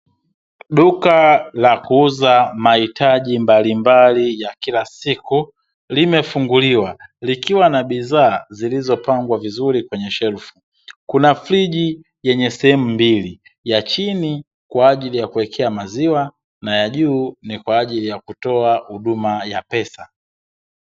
Duka la kuuza mahitaji mbalimbali ya kila siku limefunguliwa, likiwa na bidhaa zilizopangwa vizuri kwenye shelfu. Kuna friji yenye sehemu mbili; ya chini kwa ajili ya kuwekea maziwa na ya juu ni kwa ajili ya kutoa huduma ya pesa.